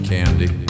Candy